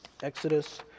Exodus